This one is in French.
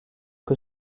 que